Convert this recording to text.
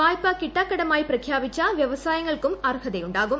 വായ്പ കിട്ടാക്കടമായി പ്രഖ്യാപിച്ച് വ്യവസായങ്ങൾക്കും അർഹതയുണ്ടാകും